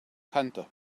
kante